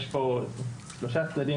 יש פה שלושה צדדים.